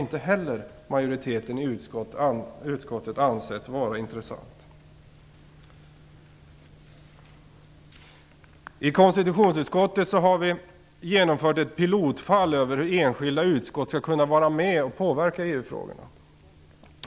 Men det har majoriteten i utskottet inte ansett vara intressant. I konstitutionsutskottet har vi genomfört ett pilottest av hur enskilda utskott skall kunna vara med och påverka EU-frågorna.